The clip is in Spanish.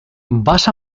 vas